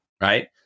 right